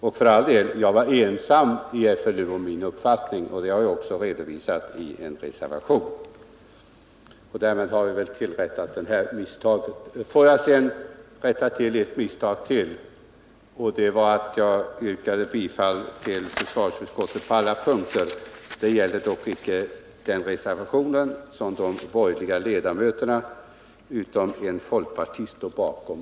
Och för all del, jag var ensam i FLU om min uppfattning, och det har jag redovisat i en reservation. Därmed har jag väl rättat till det här misstaget. Jag vill sedan rätta till en annan sak. Jag yrkade bifall till försvarsutskottets hemställan på alla punkter. Det gällde dock icke i fråga om den reservation som alla utskottets borgerliga ledamöter utom en folkpartist står bakom.